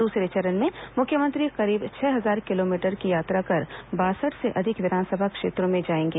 दूसरे चरण में मुख्यमंत्री करीब छह हजार किलोमीटर की यात्रा कर बासठ से अधिक विधानसभा क्षेत्रों में जाएंगे